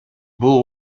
бул